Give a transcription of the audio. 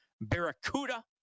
Barracuda